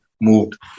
moved